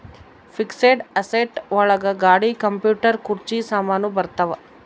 fixed asset ಒಳಗ ಗಾಡಿ computer ಕುರ್ಚಿ ಸಾಮಾನು ಬರತಾವ